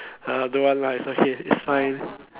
uh don't want lah it's okay it's fine